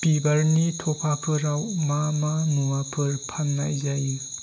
बिबारनि थफाफोराव मा मा मुवाफोर फान्नाय जायो